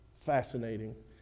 Fascinating